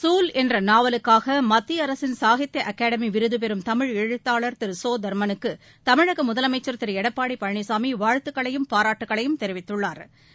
சூல் என்ற நாவலுக்காக மத்திய அரசின் சாகித்ய அகாடமி விருது பெறும் தமிழ் எழுத்தாளர் திரு சோ தா்மலுக்கு தமிழக முதலமைச்சா் திரு எடப்பாடி பழனிசாமி வாழ்த்துக்களையும் பாராட்டுகளையும் தெரிவித்துள்ளா்